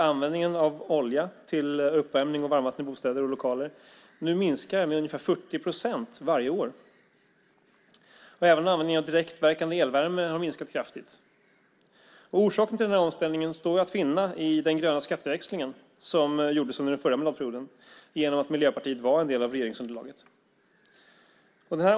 Användningen av olja till uppvärmning och varmvatten i bostäder och lokaler minskar nu med ungefär 40 procent varje år. Även användningen av direktverkande elvärme har minskat kraftigt. Orsaken till omställningen står att finna i den gröna skatteväxlingen som gjordes under den förra mandatperioden genom att Miljöpartiet var en del av regeringsunderlaget.